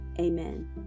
Amen